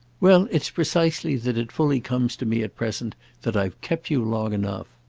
well, it's precisely that it fully comes to me at present that i've kept you long enough.